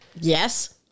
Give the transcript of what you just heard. Yes